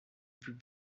plus